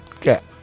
get